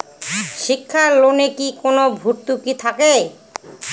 শিক্ষার লোনে কি কোনো ভরতুকি থাকে?